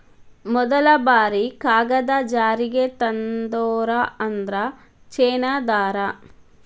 ಮದಲ ಬಾರಿ ಕಾಗದಾ ಜಾರಿಗೆ ತಂದೋರ ಅಂದ್ರ ಚೇನಾದಾರ